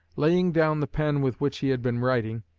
laying down the pen with which he had been writing,